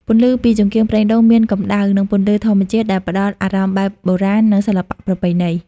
ពន្លឺពីចង្កៀងប្រេងដូងមានកម្ដៅ និងពន្លឺធម្មជាតិដែលផ្តល់អារម្មណ៍បែបបុរាណ និងសិល្បៈប្រពៃណី។